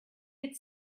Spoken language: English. could